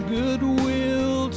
goodwill